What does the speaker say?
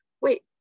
wait